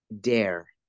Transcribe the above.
dare